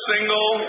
single